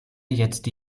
jetzt